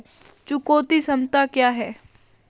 चुकौती क्षमता क्या है?